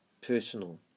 personal